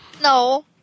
No